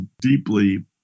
deeply